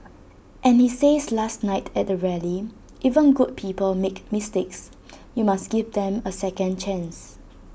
and he says last night at the rally even good people make mistakes you must give them A second chance